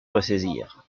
ressaisir